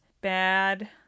bad